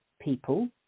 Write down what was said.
people